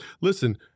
listen